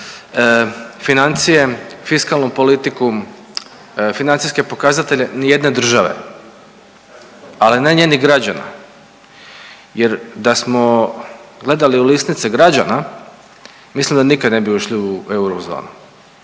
financije, fiskalnu politiku, financijske pokazatelje ni jedne države, ali ne njenih građana. Jer da smo gledali u lisnice građana mislim da nika ne bi ušli u eurozonu.